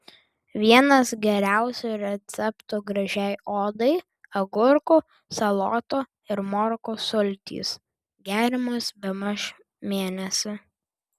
vienas geriausių receptų gražiai odai agurkų salotų ir morkų sultys geriamos bemaž mėnesį